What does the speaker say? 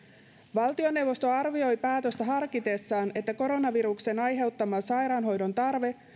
valtioneuvosto arvioi päätöstä harkitessaan että koronaviruksen aiheuttama sairaanhoidon tarve